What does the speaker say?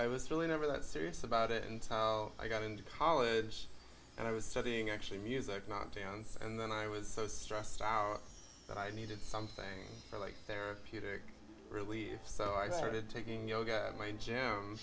i was really never that serious about it until i got into college and i was studying actually music not dance and then i was so stressed out that i needed something for like therapeutic really so i started taking yoga